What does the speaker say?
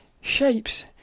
shapes